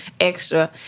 extra